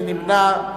מי נמנע?